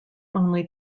only